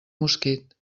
mosquit